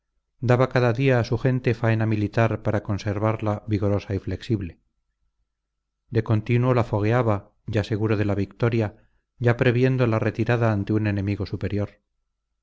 daba cada día a su gente faena militar para conservarla vigorosa y flexible de continuo la fogueaba ya seguro de la victoria ya previendo la retirada ante un enemigo superior